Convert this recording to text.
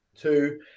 Two